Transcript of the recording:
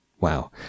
Wow